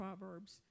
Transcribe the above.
Proverbs